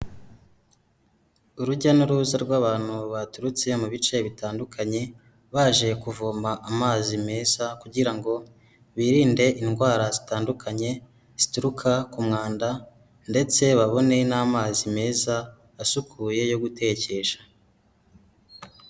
Urujya n'uruza rw'abantu baturutse mu bice bitandukanye, baje kuvoma amazi meza kugira ngo birinde indwara zitandukanye zituruka ku mwanda, ndetse babone n'amazi meza asukuye yo gutekesha.